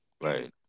right